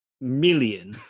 million